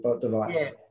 device